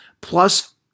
plus